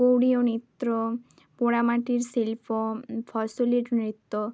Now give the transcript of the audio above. গৌরীয় নিত্র্য পোড়ামাটির শিল্প ফসলের নৃত্য